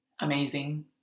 Amazing